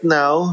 now